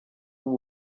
w’u